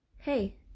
Hey